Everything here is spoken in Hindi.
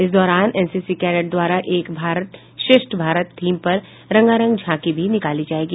इस दौरान एनसीसी कैडेट्स द्वारा एक भारत श्रेष्ठ भारत थीम पर रंगारंग झांकी भी निकाली जायेगी